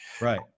Right